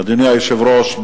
אדוני היושב-ראש,